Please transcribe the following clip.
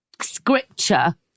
scripture